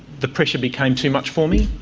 the pressure became too much for me.